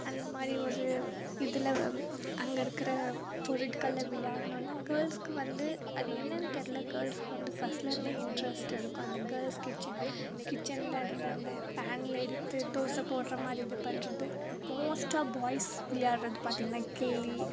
அந்த மாதிரி ஒரு இதில் அங்கே இருக்கிற பொருட்களை விளையாட்ணுன்னால் கேர்ள்ஸுக்கு வந்து அது என்னென்று தெரில கேர்ள்ஸுக்கு வந்து ஃபர்ஸ்ட்யிலேருந்தே இன்ட்ரெஸ்ட்டு இருக்கும் அந்த கேர்ள்ஸ் கிச்சன் கிச்சனில் இருந்த அந்த பேன் எடுத்து தோசை போடுற மாதிரி இது பண்ணுறது மோஸ்ட்டாக பாய்ஸ் விளையாடுறது பார்த்திங்கன்னா கில்லி